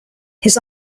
his